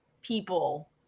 people